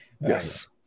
Yes